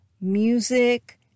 music